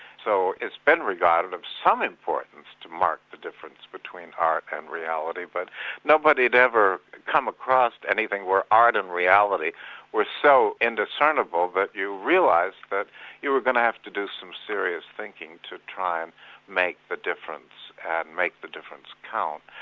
so it's been regarded of some importance to mark the difference between art and reality, but nobody had ever come across anything where art and reality were so indiscernible that you realised that you were going to have to do some serious thinking to try and make the difference, and make the difference count.